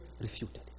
refuted